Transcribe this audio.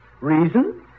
Reason